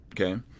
Okay